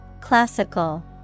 Classical